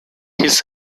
his